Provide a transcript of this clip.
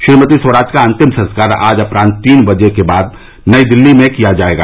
श्रीमती स्वराज का अंतिम संस्कार आज अपरान्ह तीन बजे के बाद नई दिल्ली में किया जायेगा